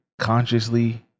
consciously